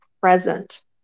present